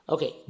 Okay